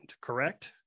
Correct